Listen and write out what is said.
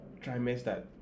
trimester